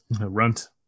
Runt